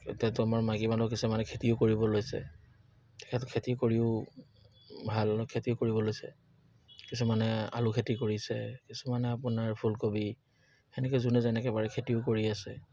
কিছুমানে খেতিও কৰিব লৈছে তেখেত খেতি কৰিও ভাল খেতিও কৰিব লৈছে কিছুমানে আলু খেতি কৰিছে কিছুমানে আপোনাৰ ফুলকবি সেনেকে যোনে যেনেকে পাৰে খেতিও কৰি আছে